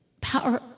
Power